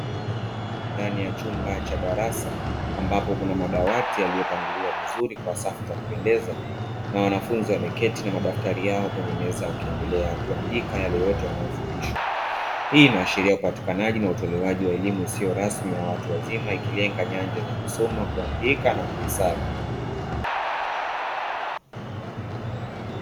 Ndani ya chumba cha darasa ambapo kuna madawati yaliyopangiliwa vizuri kwa safu za kupendeza, na wanafunzi wameketi na madaftari yao kwenye meza wakiendelea kuandika yale yote wanayofundishwa, hii inaashiria upatikanaji na utolewaji wa elimu isiyo rasmi ya watu wazima ikilenga nyanja za kusoma, kuandika na kuhesabu.